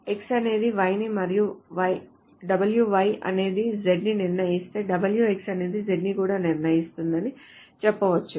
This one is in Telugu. X అనేది Y ని మరియు WY అనేది Z ని నిర్ణయిస్తే WX అనేది Z ని కూడా నిర్ణయిస్తుందని చెప్పవచ్చు